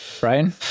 Brian